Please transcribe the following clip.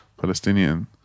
Palestinian